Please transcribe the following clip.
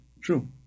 true